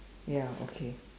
ya okay